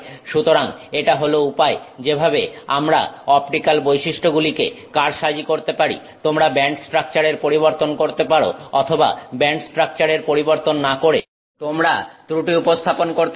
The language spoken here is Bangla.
সুতরাং এটা হল উপায় যেভাবে আমরা অপটিক্যাল বৈশিষ্ট্যগুলিকে কারসাজি করতে পারি তোমরা ব্যান্ড স্ট্রাকচারের পরিবর্তন করতে পারো অথবা ব্যান্ড স্ট্রাকচারের পরিবর্তন না করে তোমরা ত্রুটি উপস্থাপন করতে পারো